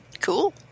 Cool